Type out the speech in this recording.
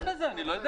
אני לא יודע